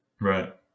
right